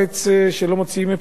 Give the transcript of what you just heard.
כשלא מוצאים פתרון,